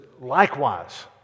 likewise